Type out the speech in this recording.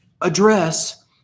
address